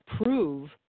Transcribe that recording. prove